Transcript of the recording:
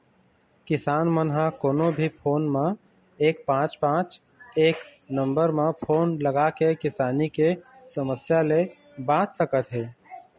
किसान मन ह कोनो भी फोन म एक पाँच पाँच एक नंबर म फोन लगाके किसानी के समस्या ले बाँच सकत हे